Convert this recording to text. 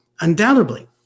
Undoubtedly